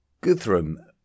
Guthrum